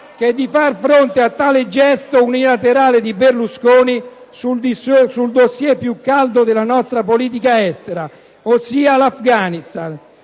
che di fronte a tale gesto unilaterale di Berlusconi sul dossier più caldo della nostra politica estera, ossia l'Afghanistan,